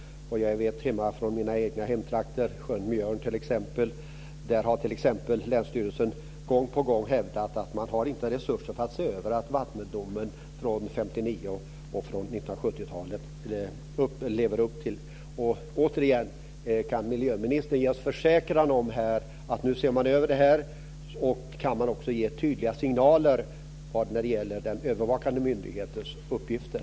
Jag vet att länsstyrelsen, när det gäller t.ex. sjön Mjörn i mina egna hemtrakter, gång på gång har hävdat att man inte har resurser för att se om man lever upp till vattendomarna från 1959 och från 1970-talet. Jag undrar återigen om miljöministern kan ge oss en försäkran om att man nu ser över det här. Och kan man ge tydliga signaler när det gäller den övervakande myndighetens uppgifter?